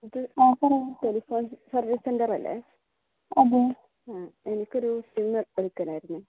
ഇത് ആ പറ ടെലിഫോൺ സർവീസ് സെൻ്ററല്ലേ അതെ ആ എനിക്കൊരു സിമ് എടുക്കാനായിരുന്നെ